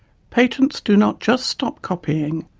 patents do not just stop copying.